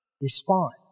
respond